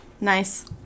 nice